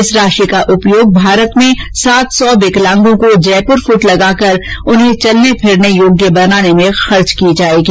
इस राशि का उपयोग भारत में सात सौ विकलांगों को जयपूर फूट लगाकर चलने फिरने योग्य बनाने में किया जाएगा